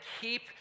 keep